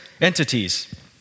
entities